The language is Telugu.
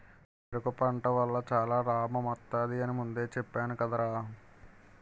చెరకు పంట వల్ల చాలా లాభమొత్తది అని ముందే చెప్పేను కదరా?